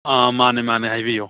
ꯑꯥ ꯃꯥꯅꯦ ꯃꯥꯅꯦ ꯍꯥꯏꯕꯤꯌꯨ